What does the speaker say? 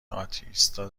آتئیستا